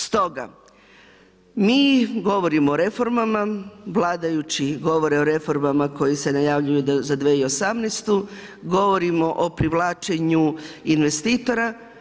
Stoga, mi govorimo o reformama, vladajući govore o reformama koji se najavljuju za 2018., govorimo o privlačenju investitora.